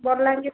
Balangir